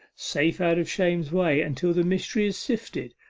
safe out of shame's way, until the mystery is sifted,